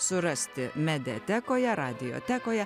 surasti mediatekoje radiotekoje